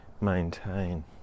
maintain